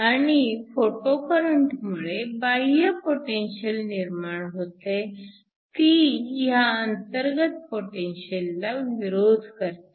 आणि फोटो करंटमुळे बाह्य पोटेन्शिअल निर्माण होते ती ह्या अंतर्गत पोटेन्शिअलला विरोध करते